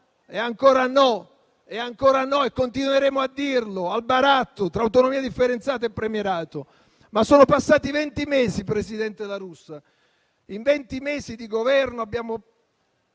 e ancora no (e continueremo a dirlo) al baratto tra autonomia differenziata e premierato. Ma sono passati venti mesi, presidente La Russa. In venti mesi di Governo abbiamo